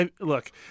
Look